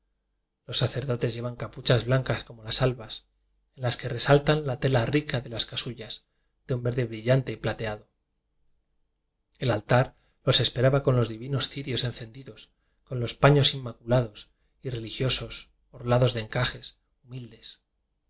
los sacerdotes llevan capuchas blancas como las albas en las que resaltan la tela rica de las casullas de un verde brillante y platea do el altar los esperaba con los divinos cirios encendidos con los paños inmacu lados y religiosos orlados de encajes hu